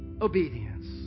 obedience